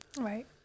Right